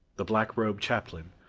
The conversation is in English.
the black-robed chaplain,